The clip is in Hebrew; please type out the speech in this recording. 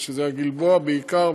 שזה הגלבוע בעיקר,